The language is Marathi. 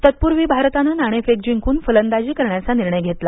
तत्पूर्वी भारतानं नाणेफेक जिंकून फलंदाजी करण्याचा निर्णय घेतला